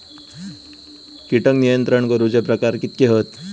कीटक नियंत्रण करूचे प्रकार कितके हत?